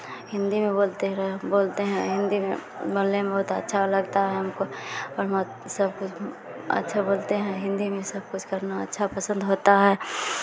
हिन्दी में बोलते रहे बोलते हैं हिन्दी में बोलने में बहुत अच्छा लगता है हमको और वहाँ सब कुछ अच्छा बोलते हैं हिन्दी में सब कुछ अच्छा करना पसंद होता है